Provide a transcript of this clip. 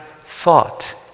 thought